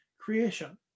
creation